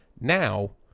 now